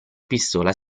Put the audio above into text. pistola